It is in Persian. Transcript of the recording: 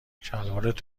شلوارت